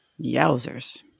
Yowzers